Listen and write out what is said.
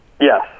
Yes